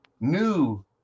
New